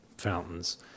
fountains